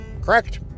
Correct